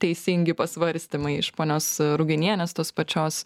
teisingi pasvarstymai iš ponios ruginienės tos pačios